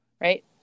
right